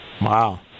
wow